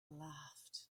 laughed